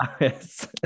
Yes